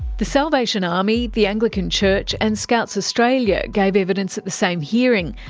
the salvation army, the anglican church and scouts australia gave evidence at the same hearing.